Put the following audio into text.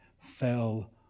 fell